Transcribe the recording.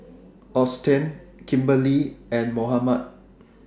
Austen Kimberley and Mohammed